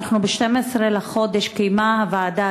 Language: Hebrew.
ב-12 בחודש קיימה הוועדה,